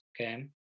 okay